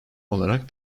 olarak